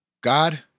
God